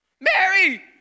Mary